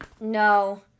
No